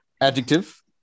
Adjective